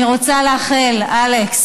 אני רוצה לאחל, אלכס,